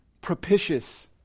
propitious